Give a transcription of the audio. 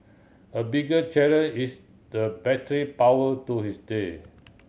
a bigger is the battery power to his day